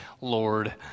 Lord